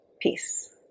peace